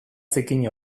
zikin